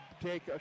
take